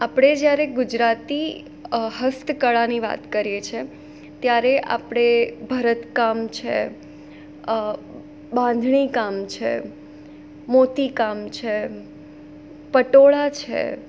આપણે જ્યારે ગુજરાતી હસ્તકળાની વાત કરીએ છીએ ત્યારે આપણે ભરતકામ છે બાંધણીકામ છે મોતીકામ છે પટોળા છે